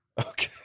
Okay